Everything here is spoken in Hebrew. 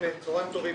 צהריים טובים.